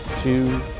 two